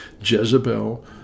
Jezebel